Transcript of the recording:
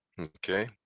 Okay